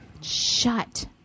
Shut